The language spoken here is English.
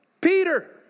Peter